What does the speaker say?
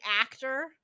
actor